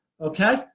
okay